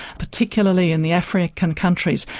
particularly in the african countries,